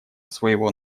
своего